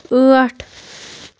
ٲٹھ